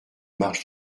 marges